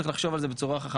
צריך לחשוב על זה בצורה חכמה,